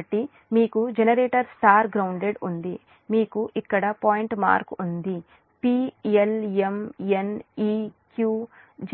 కాబట్టి మీకు generator star grounded ఉంది మీకు ఇక్కడ పాయింట్ మార్క్ ఉంది p l m n e q g